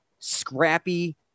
scrappy